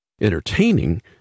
entertaining